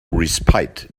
respite